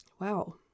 wow